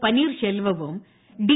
പനിർശെൽവവും D